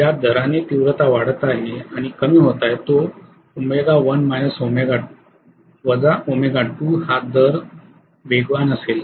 ज्या दराने तीव्रता वाढत आहे आणि कमी होत आहे तो हा दर वेगवान असेल